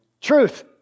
Truth